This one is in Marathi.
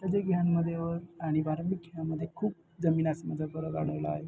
त्याच्या घ्यामदे आणि वारंभिक घ्यामदे खूप जमीनासमाचा फरक आढळला आहे